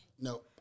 No